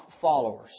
followers